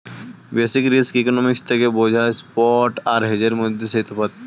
basic risk economics থেকে বোঝা spot আর হেজের মধ্যে যেই তফাৎ